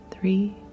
Three